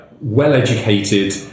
well-educated